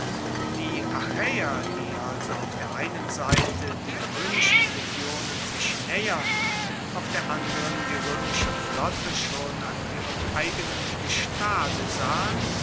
die achaeer die also auf der einen seite die roemischen legionen sich naehern auf der anderen die roemische flotte schon an ihrem eigenen gestade sahen